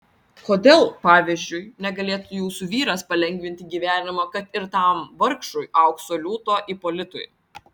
kodėl pavyzdžiui negalėtų jūsų vyras palengvinti gyvenimo kad ir tam vargšui aukso liūto ipolitui